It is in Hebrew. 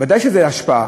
ודאי שזו השפעה.